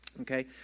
Okay